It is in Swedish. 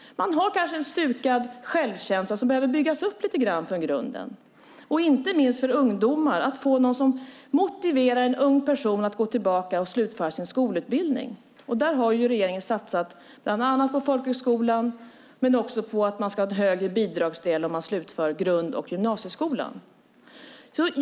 Man har kanske en stukad självkänsla som behöver byggas upp lite grann från grunden. Inte minst för ungdomar handlar det om att få någon som motiverar en ung person att gå tillbaka och slutföra sin skolutbildning. Där har regeringen satsat på folkhögskolan men också på att det ska vara en högre bidragsdel om man slutför grund och gymnasieskolan.